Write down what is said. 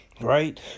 right